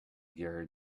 gary